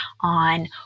on